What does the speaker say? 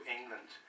England